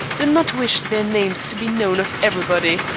do not wish their names to be known of everybody.